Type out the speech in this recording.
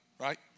right